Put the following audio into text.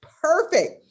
perfect